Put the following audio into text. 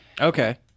okay